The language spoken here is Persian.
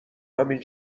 همین